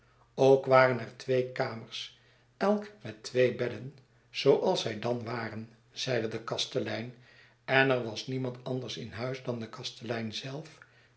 ook waren er twee kamers elk met twee bedden zooals zij dan waren zeide de kastelein en er was niemand anders in huis dan de kastelein zelf